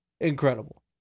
Incredible